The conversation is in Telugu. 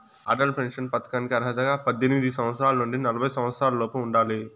అటల్ పెన్షన్ పథకానికి అర్హతగా పద్దెనిమిది సంవత్సరాల నుండి నలభై సంవత్సరాలలోపు ఉండాలి